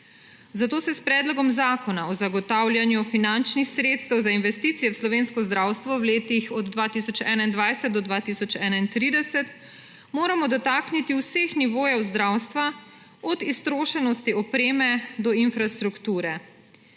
Zato se s Predlogom zakona o zagotavljanju finančnih sredstev za investicije v slovensko zdravstvo v letih od 2021 do 2031 moramo dotakniti vseh nivojev zdravstva od iztrošenosti opreme do infrastrukture.